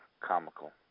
comical